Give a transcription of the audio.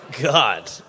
god